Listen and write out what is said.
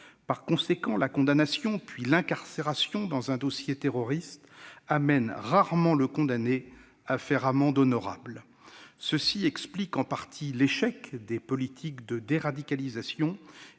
Par conséquent, la condamnation puis l'incarcération dans un dossier terroriste amènent rarement le condamné à faire amende honorable. Cela explique en partie l'échec des politiques de déradicalisation